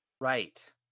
Right